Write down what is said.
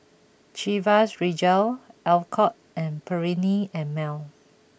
Chivas Regal Alcott and Perllini N Mel